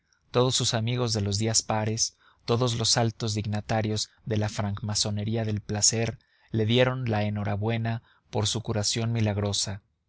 todos sus amigos de los días pares todos los altos dignatarios de la francmasonería del placer le dieron la enhorabuena por su curación milagrosa